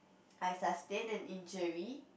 I sustained an injury